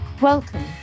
welcome